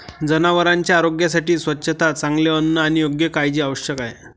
जनावरांच्या आरोग्यासाठी स्वच्छता, चांगले अन्न आणि योग्य काळजी आवश्यक आहे